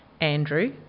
Andrew